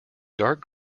dark